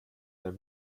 der